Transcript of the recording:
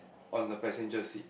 on the passenger seat